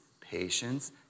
patience